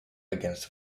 against